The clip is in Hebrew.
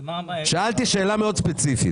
שאלתי שאלה מאוד ספציפית.